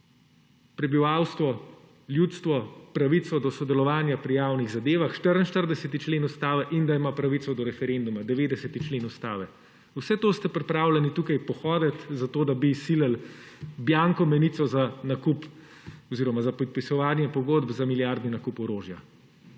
prebivalstvo, ljudstvo, pravico do sodelovanja pri javnih zadevah – 44. člen Ustave; da ima pravico do referenduma – 90. člen Ustave. Vse to ste pripravljeni tukaj pohoditi, zato da bi izsilili bianko menico za nakup oziroma za podpisovanje pogodb za milijardni nakup orožja.